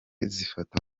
zifata